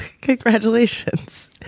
Congratulations